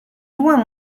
loin